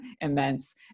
immense